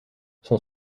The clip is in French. son